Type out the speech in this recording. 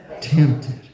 Tempted